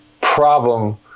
problem